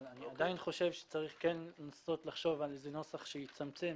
אבל אני עדיין חושב שצריך לנסות לחשוב על נוסח שיצמצם.